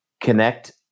connect